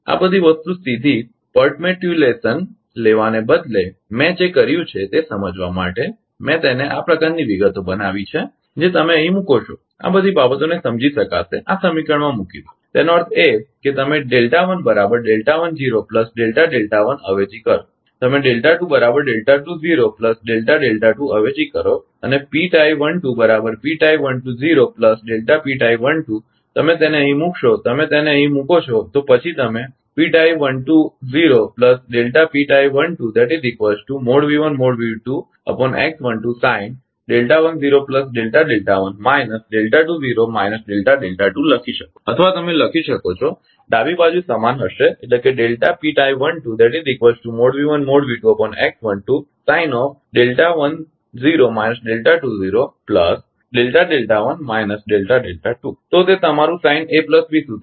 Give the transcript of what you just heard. આ બધી વસ્તુ સીધી પર્ટમેટ્યુલેશન લેવાને બદલે મેં જે કર્યું છે તે સમજવા માટે મેં તેને આ પ્રકારની વિગતો બનાવી છે કે જે તમે અહીં મૂકો છો તે આ બધી બાબતોને સમજી શકાશે આ સમીકરણમાં મૂકી દો તેનો અર્થ એ કે તમે અવેજી કરો તમે અવેજી કરો અને તમે તેને અહીં મૂકશો તમે તેને અહીં મુકો છો પછી તમે લખી શકો છો અથવા તમે લખી શકો છો ડાબી બાજુ સમાન હશે એટલે કે તો તે તમારું sin ab સૂત્ર છે